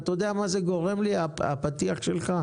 אתה יודע למה הפתיח שלך גורם לי,